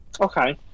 Okay